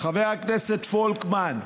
חבר הכנסת פולקמן,